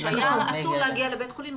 כשהיה אסור להגיע לבתי חולים.